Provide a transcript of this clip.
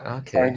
okay